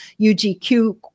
UGQ